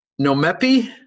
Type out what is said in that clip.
Nomepi